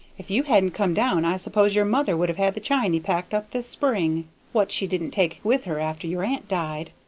if you hadn't come down i suppose your mother would have had the chiny packed up this spring what she didn't take with her after your aunt died.